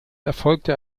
erfolgte